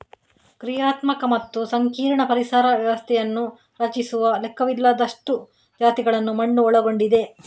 ಕ್ರಿಯಾತ್ಮಕ ಮತ್ತು ಸಂಕೀರ್ಣ ಪರಿಸರ ವ್ಯವಸ್ಥೆಯನ್ನು ರಚಿಸುವ ಲೆಕ್ಕವಿಲ್ಲದಷ್ಟು ಜಾತಿಗಳನ್ನು ಮಣ್ಣು ಒಳಗೊಂಡಿದೆ